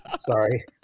Sorry